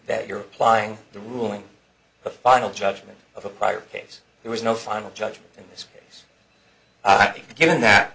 that you're applying the ruling the final judgment of a prior case there was no final judgment in this case given that